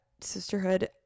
sisterhood